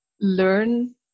learn